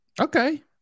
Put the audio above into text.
Okay